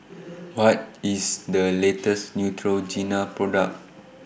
What IS The latest Neutrogena Product